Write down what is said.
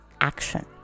action